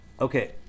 Okay